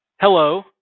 Hello